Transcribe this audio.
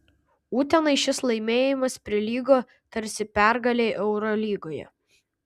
utenai šis laimėjimas prilygo tarsi pergalei eurolygoje